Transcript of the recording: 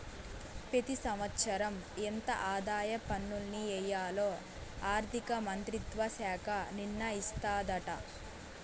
పెతి సంవత్సరం ఎంత ఆదాయ పన్నుల్ని ఎయ్యాల్లో ఆర్థిక మంత్రిత్వ శాఖ నిర్ణయిస్తాదాట